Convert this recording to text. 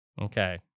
Okay